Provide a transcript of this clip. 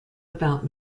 about